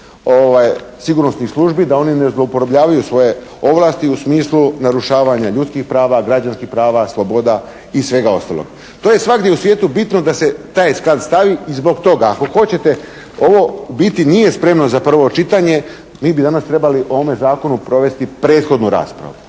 sigurnosnih službi, da oni ne zlouporabljuju svoje ovlasti u smislu narušavanja ljudskih prava, građanskih prava, sloboda i svega ostalog. To je svagdje u svijetu bitno da se taj …/Govornik se ne razumije./… stavi i zbog toga ako hoćete ovo u biti nije spremno za prvo čitanje. Mi bi danas trebali o ovome zakonu provesti prethodnu raspravu.